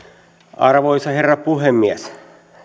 arvoisa herra puhemies